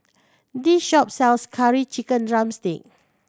this shop sells Curry Chicken drumstick